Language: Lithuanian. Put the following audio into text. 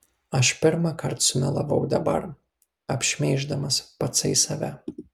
aš pirmąkart sumelavau dabar apšmeiždamas patsai save